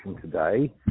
today